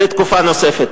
לתקופה נוספת.